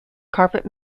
carpet